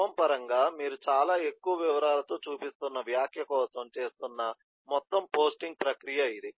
క్రమం పరంగా మీరు చాలా ఎక్కువ వివరాలతో చూపిస్తున్న వ్యాఖ్య కోసం చేస్తున్న మొత్తం పోస్టింగ్ ప్రక్రియ ఇది